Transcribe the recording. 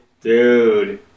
Dude